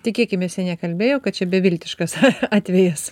tikėkimės jie nekalbėjo kad čia beviltiškas atvės